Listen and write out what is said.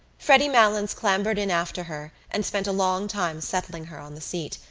freddy malins clambered in after her and spent a long time settling her on the seat,